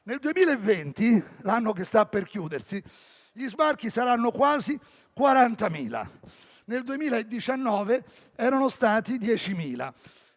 Nel 2020, l'anno che sta per chiudersi, gli sbarchi saranno quasi 40.000; nel 2019, erano stati 10.000.